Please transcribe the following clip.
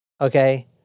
Okay